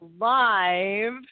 live